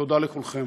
תודה לכולכם.